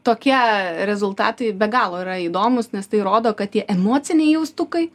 tokie rezultatai be galo yra įdomūs nes tai rodo kad tie emociniai jaustukai